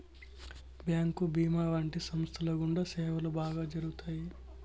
bank భీమా వంటి సంస్థల గుండా సేవలు బాగా జరుగుతాయి